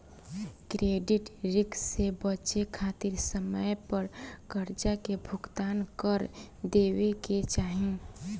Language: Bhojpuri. क्रेडिट रिस्क से बचे खातिर समय पर करजा के भुगतान कर देवे के चाही